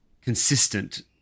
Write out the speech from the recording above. consistent